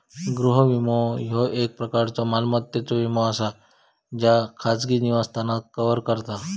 गृह विमो, ह्यो एक प्रकारचो मालमत्तेचो विमो असा ज्यो खाजगी निवासस्थान कव्हर करता